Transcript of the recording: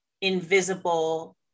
invisible